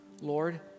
Lord